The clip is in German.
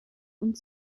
und